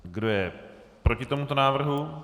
Kdo je proti tomuto návrhu?